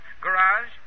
garage